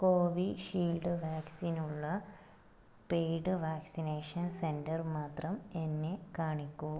Covishield വാക്സിനുള്ള paid vaccination centre മാത്രം എന്നെ കാണിക്കൂ